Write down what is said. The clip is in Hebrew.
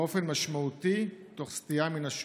באופן משמעותי תוך סטייה מן השורה",